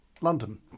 London